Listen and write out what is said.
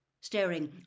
staring